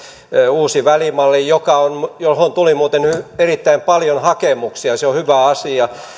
uusi välimalli johon tuli muuten erittäin paljon hakemuksia se on hyvä asia